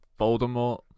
Voldemort